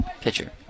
Pitcher